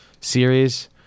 series